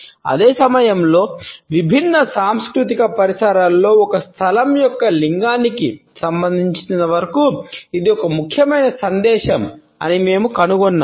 అదే సమయంలో విభిన్న సాంస్కృతిక పరిసరాలలో ఒక స్థలం యొక్క లింగానికి సంబంధించినంతవరకు ఇది ఒక ముఖ్యమైన సందేశం అని మేము కనుగొన్నాము